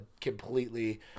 completely